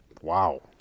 Wow